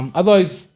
otherwise